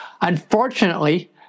Unfortunately